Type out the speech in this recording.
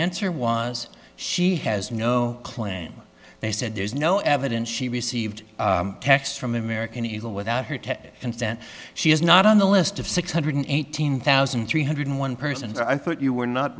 answer was she has no claim they said there's no evidence she received a text from american eagle without her consent she is not on the list of six hundred eighteen thousand three hundred one persons i thought you were not